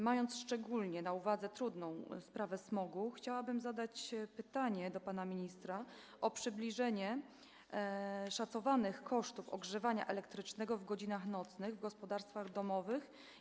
Mając szczególnie na uwadze trudną sprawę smogu, chciałabym zadać panu ministrowi pytanie dotyczące przybliżenia szacowanych kosztów ogrzewania elektrycznego w godzinach nocnych w gospodarstwach domowych.